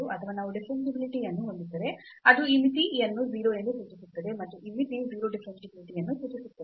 ಅಥವಾ ನಾವು ಡಿಫರೆನ್ಷಿಯಾಬಿಲಿಟಿ ಯನ್ನು ಹೊಂದಿದ್ದರೆ ಅದು ಈ ಮಿತಿಯನ್ನು 0 ಎಂದು ಸೂಚಿಸುತ್ತದೆ ಮತ್ತು ಈ ಮಿತಿ 0 ಡಿಫರೆನ್ಷಿಯಾಬಿಲಿಟಿ ಯನ್ನು ಸೂಚಿಸುತ್ತದೆ